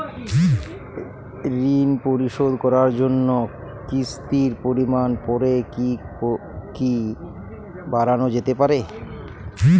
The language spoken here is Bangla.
ঋন পরিশোধ করার জন্য কিসতির পরিমান পরে কি বারানো যেতে পারে?